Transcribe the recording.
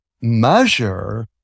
measure